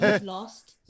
lost